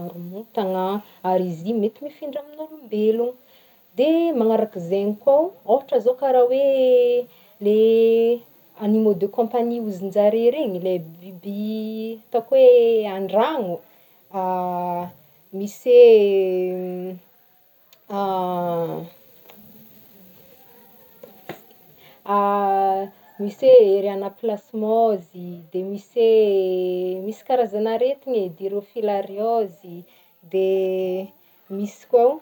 haromontana an, ary izy igny mety mifindra amin'ny olombelogny, de manarak'izegny koa, ohatra zao karaha hoe le- le animaux de compagnies regny ozy njareo regny, biby ataoko hoe andragno, misy e misy e ery anaplasmose, misy karazan'aretigny eh, ery filariose, de misy koa